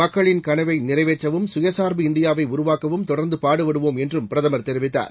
மக்களின் கனவை நிறைவேற்றவும் சுயசார்பு இந்தியாவை உருவாக்கவும் தொடர்ந்து பாடுபடுவோம் என்றும் பிரதமர் தெரிவித்தார்